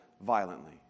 violently